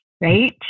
right